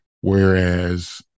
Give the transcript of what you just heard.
Whereas